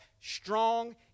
strong